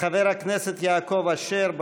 חבר הכנסת יעקב אשר,